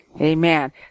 amen